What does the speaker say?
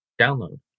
download